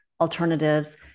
alternatives